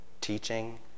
teaching